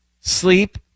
Sleep